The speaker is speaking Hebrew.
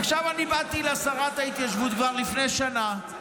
עכשיו, אני באתי לשרת ההתיישבות כבר לפני שנה,